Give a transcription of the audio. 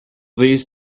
these